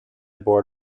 board